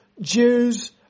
Jews